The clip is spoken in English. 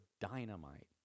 dynamite